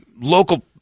local